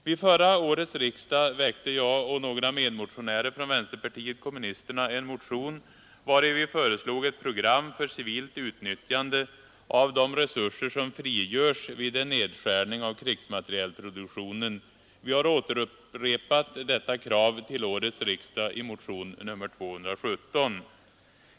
Vid förra årets riksdag väckte jag och några andra ledamöter från vänsterpartiet kommunisterna en motion, vari vi föreslog ett program för civilt utnyttjande av de resurser som frigörs vid en nedskärning av krigsmaterielproduktionen. Vi har återupprepat detta krav till årets riksdag i motionen 217.